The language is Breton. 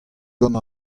gant